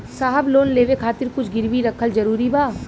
साहब लोन लेवे खातिर कुछ गिरवी रखल जरूरी बा?